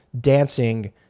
dancing